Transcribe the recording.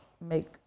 make